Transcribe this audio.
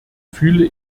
fühle